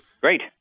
Great